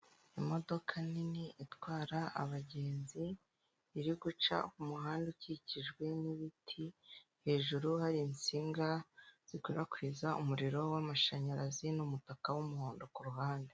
Imodoka nini itwara abagenzi, iri guca umuhanda ukikijwe n'ibiti, hejuru hari insinga zikwirakwiza umuriro wamashanyarazi, n'umutaka w'umuhondo kuruhande.